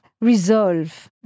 resolve